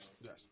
Yes